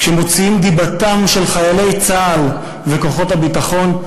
כשמוציאים דיבתם של חיילי צה"ל וכוחות הביטחון,